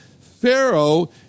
Pharaoh